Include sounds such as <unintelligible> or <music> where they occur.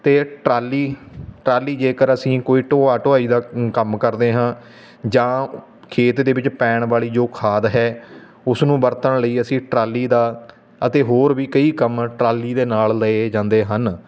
ਅਤੇ trolley trolley ਜੇਕਰ ਅਸੀਂ ਕੋਈ ਢੋਆ ਢੁਆਈ ਦਾ <unintelligible> ਕੰਮ ਕਰਦੇ ਹਾਂ ਜਾਂ ਖੇਤ ਦੇ ਵਿੱਚ ਪੈਣ ਵਾਲੀ ਜੋ ਖਾਦ ਹੈ ਉਸ ਨੂੰ ਵਰਤਣ ਲਈ ਅਸੀਂ ਟਰਾਲੀ ਦਾ ਅਤੇ ਹੋਰ ਵੀ ਕਈ ਕੰਮ ਟਰਾਲੀ ਦੇ ਨਾਲ ਲਏ ਜਾਂਦੇ ਹਨ